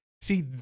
see